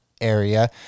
area